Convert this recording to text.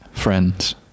friends